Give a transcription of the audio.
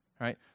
right